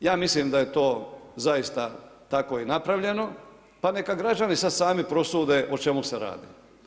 Ja mislim da je to zaista tako i napravljeno, pa neka građani sad sami prosude o čemu se radi.